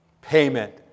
payment